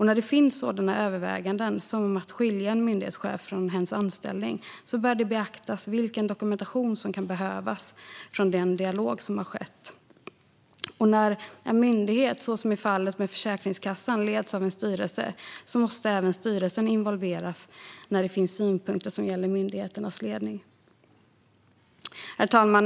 När det finns överväganden om att skilja en myndighetschef från hens anställning bör det beaktas vilken dokumentation som kan behövas från den dialog som har skett. När en myndighet, som i fallet med Försäkringskassan, leds av en styrelse måste även styrelsen involveras när det finns synpunkter som gäller myndighetens ledning. Herr talman!